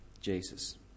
Jesus